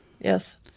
Yes